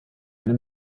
eine